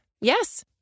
Yes